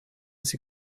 sie